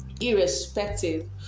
irrespective